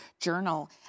journal